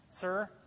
sir